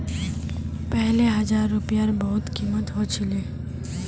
पहले हजार रूपयार बहुत कीमत ह छिले